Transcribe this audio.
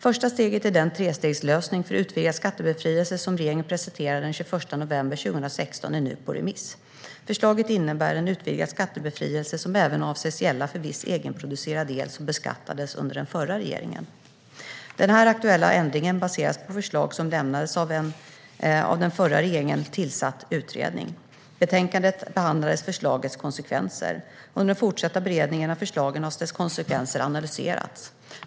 Första steget i den trestegslösning för utvidgad skattebefrielse som regeringen presenterade den 21 november 2016 är nu på remiss. Förslaget innebär en utvidgad skattebefrielse som även avses gälla för viss egenproducerad el som beskattades under den förra regeringen. Den här aktuella ändringen baseras på förslag som lämnades av en av den förra regeringen tillsatt utredning. I betänkandet behandlades förslagets konsekvenser. Under den fortsatta beredningen av förslaget har dess konsekvenser analyserats.